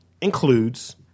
includes